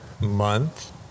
month